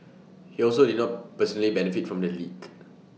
he also did not personally benefit from the leak